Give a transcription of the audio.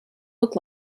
look